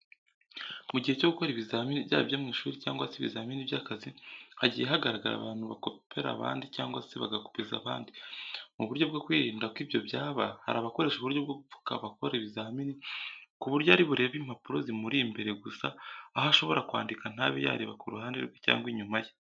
Mu gihe cyo gukora ibizamini byaba ibyo mu ishuri cyangwa se ibizamini by'akazi, hagiye hagaragara abantu bakopera abandi cyangwa se bagakopeza abandi. Mu buryo bwo kwirinda ko ibyo byaba hari abakoresha uburyo bwo gupfuka abakora ibizamini ku buryo ari burebe impapuro zimuri imbere, gusa aho ashobora kwandika ntabe yareba ku ruhande rwe cyangwa inyuma ye.